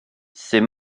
ces